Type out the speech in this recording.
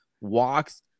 walks